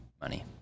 money